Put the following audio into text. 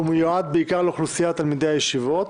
והוא מיועד בעיקר לאוכלוסיית תלמידי הישיבות.